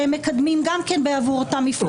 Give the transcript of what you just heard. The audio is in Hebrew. שמקדמים גם בעבור אותה מפלגה,